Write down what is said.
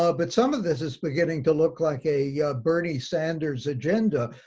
ah but some of this is beginning to look like a bernie sanders agenda.